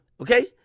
okay